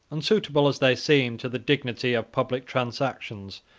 unsuitable as they seem to the dignity of public transactions,